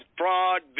fraud